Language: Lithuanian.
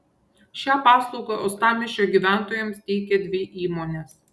šią paslaugą uostamiesčio gyventojams teikia dvi įmonės